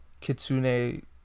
Kitsune